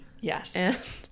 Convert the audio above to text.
Yes